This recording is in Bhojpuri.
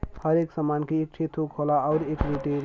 हर एक सामान के एक ठे थोक होला अउर एक ठे रीटेल